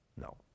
No